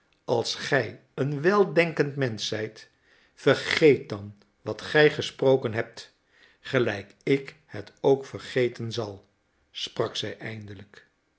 als gij een weldenkend mensch zijt vergeet dan wat gij gesproken hebt gelijk ik het ook vergeten zal sprak zij eindelijk